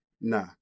nah